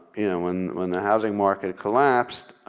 when when the housing market collapsed